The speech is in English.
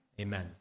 Amen